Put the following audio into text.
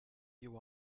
you